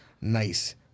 Nice